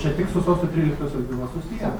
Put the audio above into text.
čia tik su sausio tryliktosios byla susiję